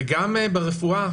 וגם ברפואה,